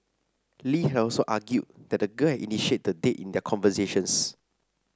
lee had also argued that the girl had initiated the date in their conversations